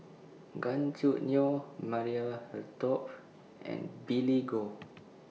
Gan Choo Neo Maria Hertogh and Billy Koh